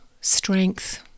strength